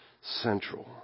central